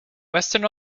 western